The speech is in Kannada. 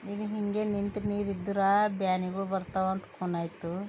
ಇದು ಹೀಗೆ ನಿಂತ ನೀರಿದ್ರೆ ಬ್ಯಾನಿಗಳು ಬರ್ತಾವಂತ ಖೂನ್ ಆಯಿತು